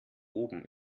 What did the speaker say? oben